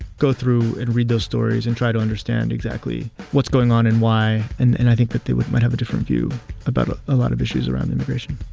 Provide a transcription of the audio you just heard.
go through and read those stories and try to understand exactly what's going on and why. and and i think that they would might have a different view about ah a lot of issues around immigration